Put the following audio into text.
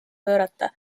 pöörata